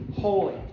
holy